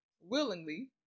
willingly